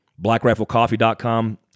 BlackRifleCoffee.com